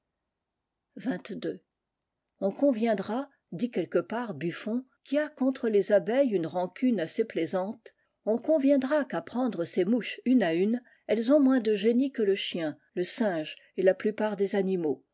on conviendra dit quelque part buffon qui a contre les abeilles une rancune assez plaisante on conviendra qu'à prendre ces mouches une à une elles ont moins de génie que le chien le singe et la plupart des animaux